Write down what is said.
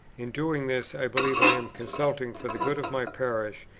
in doing this, i believe i am consulting for the good of my parish,